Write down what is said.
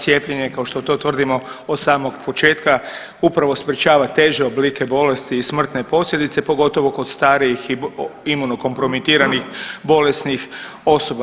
Cijepljenje kao što to tvrdimo od samog početka upravo sprječava teže oblike bolesti i smrtne posljedice pogotovo kod starijih i imuno kompromitiranih bolesnih osoba.